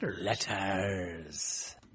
Letters